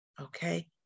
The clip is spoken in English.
Okay